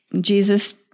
Jesus